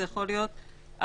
זה יכול להיות המחזיק,